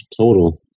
total